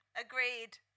agreed